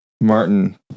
Martin